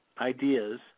ideas